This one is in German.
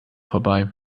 vorbei